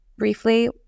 briefly